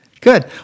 Good